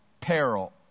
peril